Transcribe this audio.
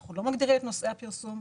אנחנו לא מגדירים את נושאי הפרסום,